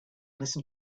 listen